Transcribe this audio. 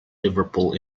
liverpool